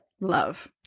love